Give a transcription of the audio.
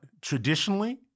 traditionally